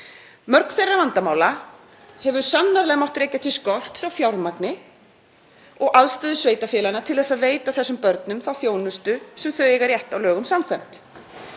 Mörg þeirra vandamála hefur sannarlega mátt rekja til skorts á fjármagni og aðstöðu sveitarfélaganna til að veita þessum börnum þá þjónustu sem þau eiga rétt á lögum samkvæmt.